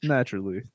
Naturally